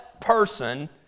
person